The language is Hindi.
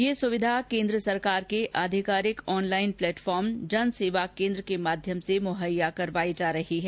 यह सुविधा केन्द्र सरकार के आधिकारिक ऑनलाइन प्लेटफॉर्म जनसेवा केंद्र के माध्यम से मुहैया कारवाई जा रही है